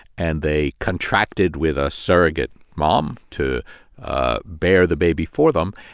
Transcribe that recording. and they contracted with a surrogate mom to bear the baby for them.